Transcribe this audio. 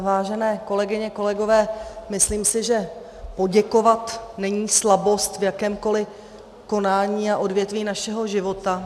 Vážené kolegyně, kolegové, myslím si, že poděkovat není slabost v jakémkoliv konání a odvětví našeho života.